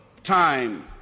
time